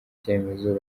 cyemezo